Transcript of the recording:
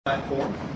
platform